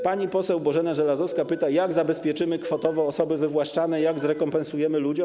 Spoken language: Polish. Pani poseł Bożena Żelazowska pyta, jak zabezpieczymy kwotowo osoby wywłaszczane, jak zrekompensujemy to ludziom.